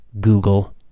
Google